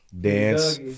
Dance